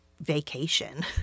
vacation